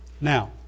now